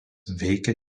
veikė